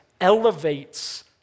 elevates